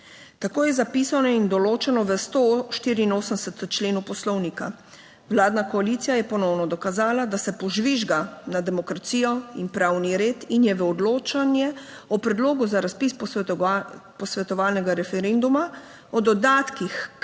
Tako je zapisano in določeno v 184. členu poslovnika. Vladna koalicija je ponovno dokazala, da se požvižga na demokracijo in pravni red in je v odločanje o predlogu za razpis posvetovalnega referenduma o dodatkih